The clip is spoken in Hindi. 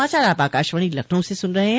यह समाचार आप आकाशवाणी लखनऊ से सुन रहे हैं